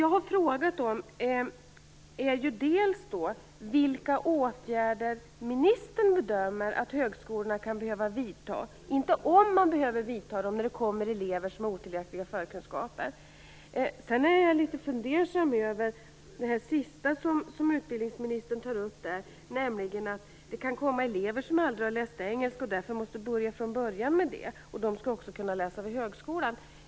Jag har frågat vilka åtgärder ministern bedömer att högskolorna kan behöva vidta, inte om man behöver vidta dem när det kommer elever med otillräckliga förkunskaper. Jag är också litet fundersam över det sista som utbildningsministern tar upp. Han framhåller att det kan komma elever som aldrig har läst engelska och som måste börja från början med det och att också de skall kunna läsa vid högskolan.